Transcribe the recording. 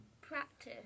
practice